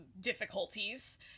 difficulties